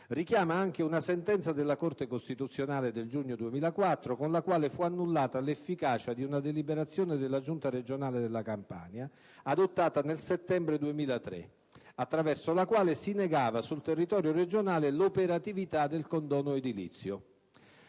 richiama anche una sentenza della Corte costituzionale del giugno 2004, con la quale fu annullata l'efficacia di una deliberazione della Giunta regionale della Campania, adottata nel settembre 2003, attraverso la quale si negava sul territorio regionale l'operatività del condono edilizio,